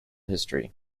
history